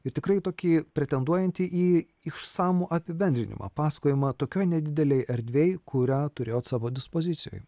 ir tikrai tokį pretenduojanti į išsamų apibendrinimą pasakojimą tokioj nedidelėj erdvėj kurią turėjot savo dispozicijoj